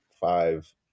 five